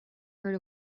heard